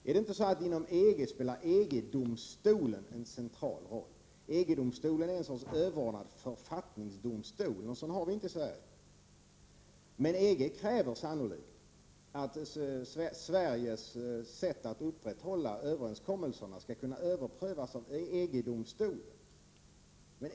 Är det inte så, att inom EG spelar EG-domstolen en stor roll? EG-domstolen är en sorts överordnad författningsdomstol. Någon sådan har vi inte i Sverige, men EG kräver sannolikt att Sveriges sätt att hålla överenskommelser skall kunna överprövas av EG-domstolen.